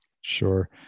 Sure